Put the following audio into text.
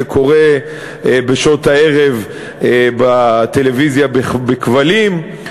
זה קורה בשעות הערב בטלוויזיה בכבלים.